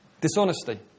Dishonesty